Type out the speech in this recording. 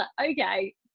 okay